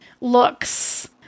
looks